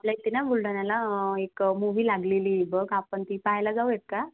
आपल्या इथे ना बुलढाण्याला एक मूवी लागलेली आहे बघ आपण ती पाहायला जाऊया का